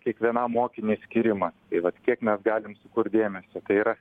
kiekvienam mokiniui skyrima tai vat kiek mes galim sukurt dėmesio tai yra